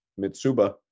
mitsuba